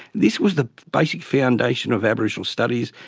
this was the basic foundation of aboriginal studies,